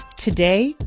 today,